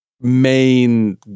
main